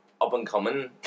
up-and-coming